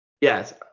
Yes